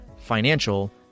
financial